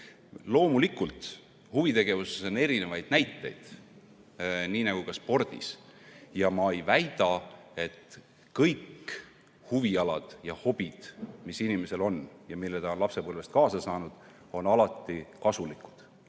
Loomulikult, huvitegevuse kohta on erinevaid näiteid, nii nagu ka spordis. Ma ei väida, et kõik huvialad ja hobid, mis inimesel on ja mis ta lapsepõlvest kaasa on saanud, on alati kasulikud.